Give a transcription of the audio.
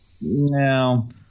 No